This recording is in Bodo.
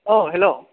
औ हेल्ल'